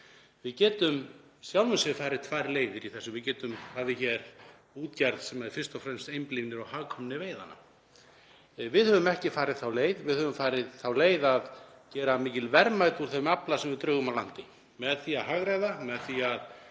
Við getum í sjálfu sér farið tvær leiðir í þessu. Við getum haft hér útgerð sem einblínir fyrst og fremst á hagkvæmni veiðanna. Við höfum ekki farið þá leið. Við höfum farið þá leið að gera mikil verðmæti úr þeim afla sem við drögum að landi með því að hagræða, með því að